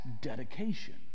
dedication